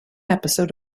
episode